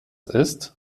ist